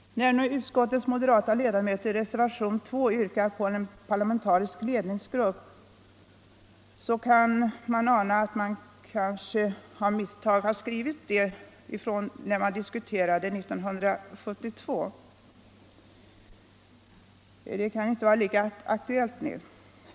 När utskottets moderata ledamöter i reservationen 2 vid betänkande nr 1 yrkar på en parlamentarisk ledningsgrupp, kan man ana att här har de av misstag skrivit av något som väl kunde diskuteras 1972 men som knappast är lika aktuellt nu.